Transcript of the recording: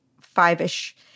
five-ish